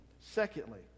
Secondly